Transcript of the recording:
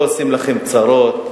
לא עושים לכם צרות,